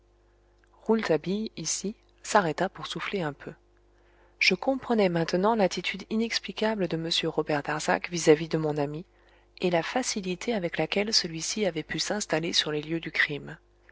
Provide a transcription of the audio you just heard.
rouletabille ici s'arrêta pour souffler un peu je comprenais maintenant l'attitude inexplicable de m robert darzac vis-à-vis de mon ami et la facilité avec laquelle celui-ci avait pu s'installer sur les lieux du crime